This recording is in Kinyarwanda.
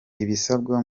ibisabwa